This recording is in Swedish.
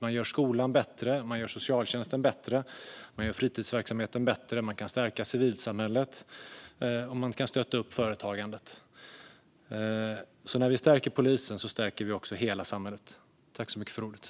Man gör skolan bättre. Man gör socialtjänsten bättre. Man gör fritidsverksamheten bättre. Man kan stärka civilsamhället, och man kan stötta företagandet. Så när vi stärker polisen stärker vi också hela samhället.